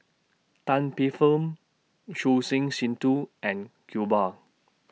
Tan Paey Fern Choor Singh Sidhu and Iqbal